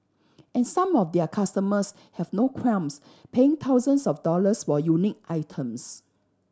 and some of their customers have no qualms paying thousands of dollars or unique items